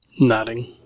Nodding